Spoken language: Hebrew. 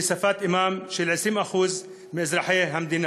שהיא שפת האם של 20% מאזרחי המדינה.